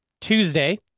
Tuesday